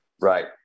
Right